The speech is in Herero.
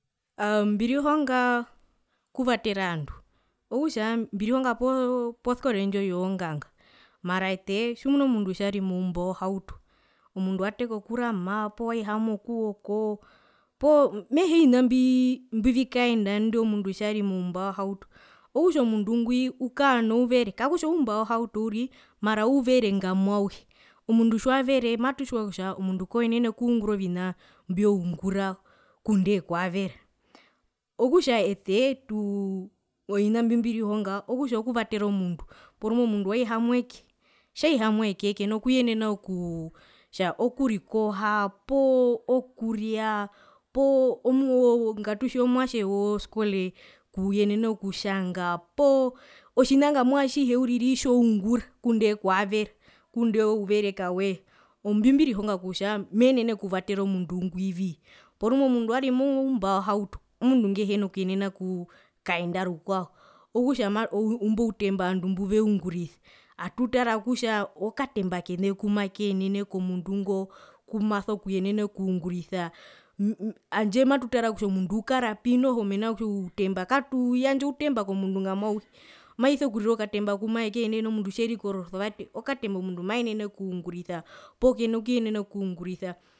Aa mbirihonga okuvatera ovandu okutja mbirihonga po poskole indji younganga mara ete tjimuno mundu tjari moumba wohauto omundu wateka okurama poo waihamwa okuwoko poo mehee ovina mbii mbivikaenda indo mundu tjari moumba wohauto okutja omundu ngwi okaa nouvere kakutja oumba wohauto uriri mara ouvere ngamwa auhe omundu tjiwavere matutjiwa kutja omundu kwenene okungura ovina mbioungura ngundee kwavera okutja ete tuu ovina mbimbirihonga okutja okuvatera omundu porumwe omundu waihamwa eke tjaihamwa eke kena kuyenena okuu okurikoha poo okuria poo ngatutje omwatje woskole kuyenena okutjanga poo tjina kangamwa atjihe uriri tjoungura ngundee kwavera ngundee ouvere kaweya ombimbirihonga kutja meenene okuvatera omundu ngwi vii porumwe omundu wari moumba wohauto omundu nguhena kuyenena okukaenda rukwao okutja maa imbo outemba ovandu mbuveungurisa atutara kutja okatemba kene kumakenene komundu ngo kumaso kuyenena okungurisa handje matutara kutja omundu ukarapi noho katuyandja outemba komundu ngamwa auhe maiso kurira okatemba kumakenene komundu tje tjeri korosovate okatemba omundu maenene okungurisa poo keno kuyenena okungurisa